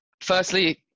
firstly